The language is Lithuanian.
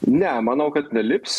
ne manau kad nelips